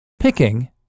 Picking